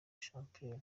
chamberlain